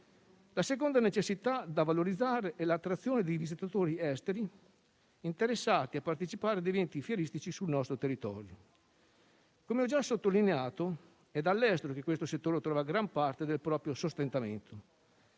La seconda necessità da valorizzare è l'attrazione dei visitatori esteri interessati a partecipare ad eventi fieristici sul nostro territorio. Come già sottolineato, è dall'estero che questo settore trova gran parte del proprio sostentamento.